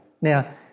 Now